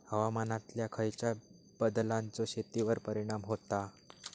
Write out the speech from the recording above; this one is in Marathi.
हवामानातल्या खयच्या बदलांचो शेतीवर परिणाम होता?